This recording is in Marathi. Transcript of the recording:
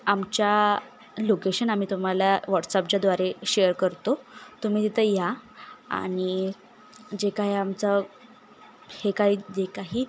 आमच्या लोकेशन आम्ही तुम्हाला व्हॉट्सॲपच्याद्वारे शेअर करतो तुम्ही तिथं या आणि जे काय आमचं हे काही जे काही